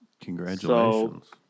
Congratulations